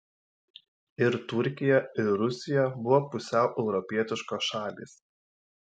ir turkija ir rusija buvo pusiau europietiškos šalys